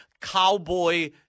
cowboy